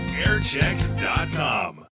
airchecks.com